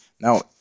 Now